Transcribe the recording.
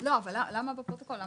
לא אבל למה בפרוטוקול?